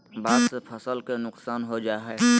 बाढ़ से फसल के नुकसान हो जा हइ